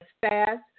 fast